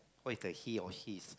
why is the he or his